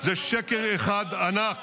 זה שקר אחד ענק.